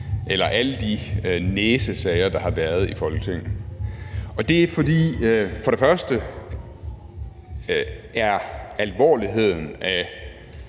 og så alle de næsesager, der har været i Folketinget. Det er, fordi alvorligheden af